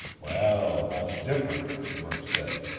well, that's different, murk said.